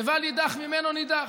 לבל יידח ממנו נידח,